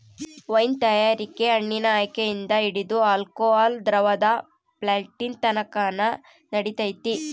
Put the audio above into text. wine ತಯಾರಿಕೆ ಹಣ್ಣಿನ ಆಯ್ಕೆಯಿಂದ ಹಿಡಿದು ಆಲ್ಕೋಹಾಲ್ ದ್ರವದ ಬಾಟ್ಲಿನತಕನ ನಡಿತೈತೆ